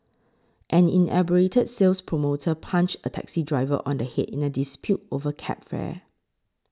an inebriated sales promoter punched a taxi driver on the head in a dispute over cab fare